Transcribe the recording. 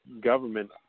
government